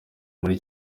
muri